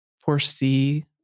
foresee